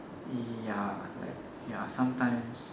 ya like ya sometimes